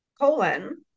colon